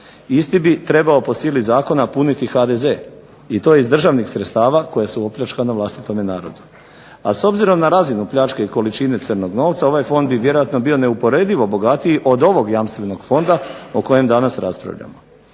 Isti bi trebao po sili zakona puniti HDZ, i to iz državnih sredstava koja su opljačkana vlastitome narodu. A s obzirom na razinu pljačke i količine crnog novca, ovaj fond bi vjerojatno bio neuporedivo bogatiji od ovog jamstvenog fonda o kojem danas raspravljamo.